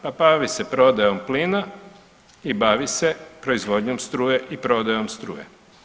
Pa bavi se prodajom plina i bavi se proizvodnjom struje i prodajom struje.